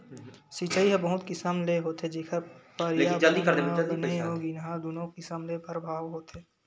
सिचई ह बहुत किसम ले होथे जेखर परयाबरन म बने अउ गिनहा दुनो किसम ले परभाव होथे